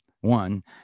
one